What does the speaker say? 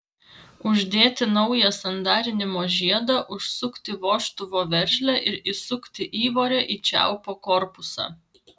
uždėti naują sandarinimo žiedą užsukti vožtuvo veržlę ir įsukti įvorę į čiaupo korpusą